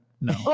No